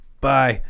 bye